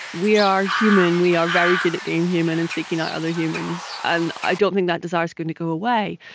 we are human, we are very good at being human and seeking out other humans, and i don't think that desire is going to go away.